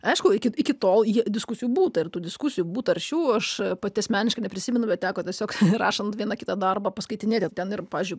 aišku iki iki tol ji diskusijų būta ir tų diskusijų būta aršių aš pati asmeniškai neprisimenu bet teko tiesiog rašant vieną kitą darbą paskaitinėti ten ir pavyzdžiui